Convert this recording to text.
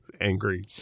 angry